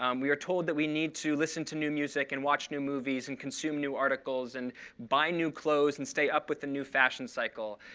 um we are told that we need to listen to new music and watch new movies and consume new articles and buy new clothes and stay up with the new fashion cycle.